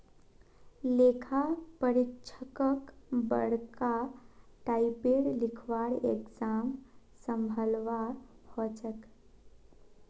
लेखा परीक्षकक बरका टाइपेर लिखवार एग्जाम संभलवा हछेक